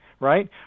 Right